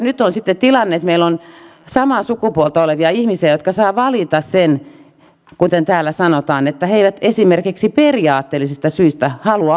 nyt on sitten tilanne että meillä on samaa sukupuolta olevia ihmisiä jotka saavat valita sen kuten täällä sanotaan jos he eivät esimerkiksi periaatteellisista syistä halua avioitua